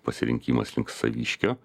pasirinkimas link saviškio